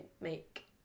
make